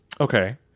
Okay